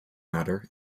matter